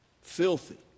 filthy